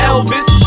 Elvis